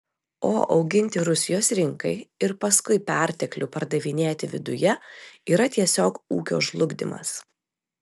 o auginti rusijos rinkai ir paskui perteklių pardavinėti viduje yra tiesiog ūkio žlugdymas